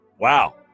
Wow